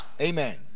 Amen